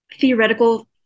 theoretical